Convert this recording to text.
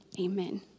amen